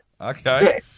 Okay